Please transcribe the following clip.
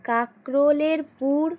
কাঁকরোলের পুর